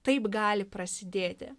taip gali prasidėti